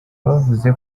bavuze